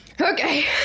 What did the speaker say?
Okay